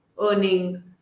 earning